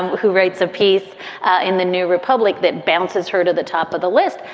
who writes a piece in the new republic that balances her to the top of the list.